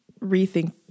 rethink